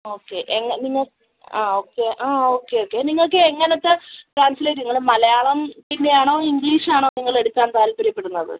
okay നിങ്ങൾ ആ okay ആ ഓക്കെ ഓക്കെ നിങ്ങൾക്ക് എങ്ങനത്തെ ട്രാൻസിലേറ്റ് നിങ്ങൾ മലയാളത്തിൻ്റെ ആണോ ഇംഗ്ലീഷിലാണോ നിങ്ങളെടുക്കാൻ താൽപര്യപ്പെടുന്നത്